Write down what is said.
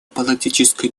политической